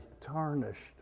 tarnished